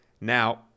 Now